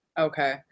Okay